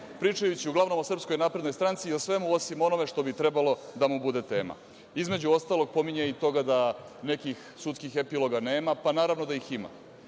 pričajući uglavnom o SNS, o svemu, osim onome što bi trebalo da mu bude tema. Između ostalog, pominjanje i toga nekih sudskih epiloga nema, pa naravno da ih ima.